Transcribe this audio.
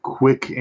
quick